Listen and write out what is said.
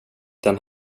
den